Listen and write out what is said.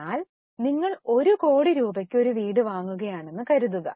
എന്നാൽ നിങ്ങൾ ഒരു കോടി രൂപയ്ക്ക് ഒരു വീട് വാങ്ങുകയാണെന്നു കരുതുക